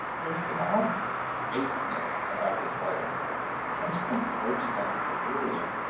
there is an odd vagueness about his writings that sometimes verges on delirium.